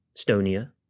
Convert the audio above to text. Estonia